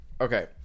okay